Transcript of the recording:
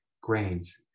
grains